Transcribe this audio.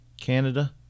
Canada